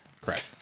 Correct